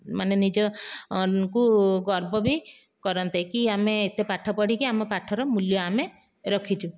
ମାନେ ନିଜ କୁ ଗର୍ବ ବି କରନ୍ତେ କି ଆମେ ଏତେ ପାଠ ପଢ଼ିକି ଆମ ପାଠର ମୂଲ୍ୟ ଆମେ ରଖିଛୁ